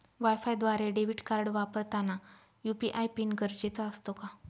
वायफायद्वारे debit card वापरताना UPI pin गरजेचा असतो का?